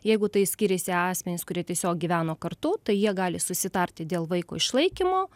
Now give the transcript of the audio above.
jeigu tai skiriasi asmenys kurie tiesiog gyveno kartu tai jie gali susitarti dėl vaiko išlaikymo